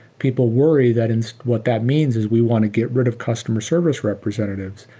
people worry that and what that means is we want to get rid of customer service representatives.